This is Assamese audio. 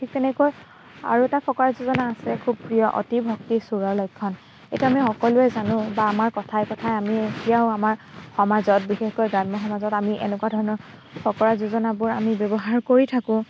ঠিক তেনেকৈ আৰু এটা ফকৰা যোজনা আছে খুব প্ৰিয় অতি ভক্তি চোৰৰ লক্ষণ এইটো আমি সকলোৱে জানো বা আমাৰ কথাই কথাই আমি এতিয়াও আমাৰ সমাজত বিশেষকৈ গ্ৰাম্য সমাজত আমি এনেকুৱা ধৰণৰ ফকৰা যোজনাবোৰ আমি ব্যৱহাৰ কৰি থাকোঁ